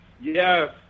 yes